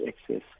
access